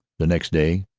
the next day,